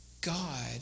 God